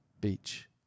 beach